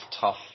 tough